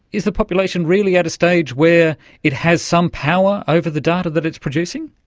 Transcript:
is the population really at a stage where it has some power over the data that it's producing?